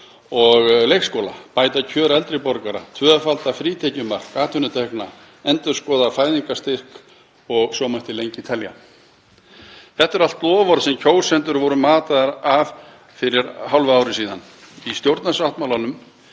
og leikskóla, bæta kjör eldri borgara, tvöfalda frítekjumark atvinnutekna, endurskoða fæðingarstyrk og svo mætti lengi telja. Þetta eru allt loforð sem kjósendur voru mataðir á fyrir hálfu ári. Í stjórnarsáttmálanum